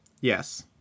Yes